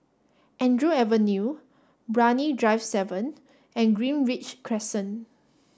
Andrew Avenue Brani Drive seven and Greenridge Crescent